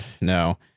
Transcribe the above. No